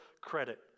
credit